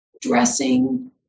dressing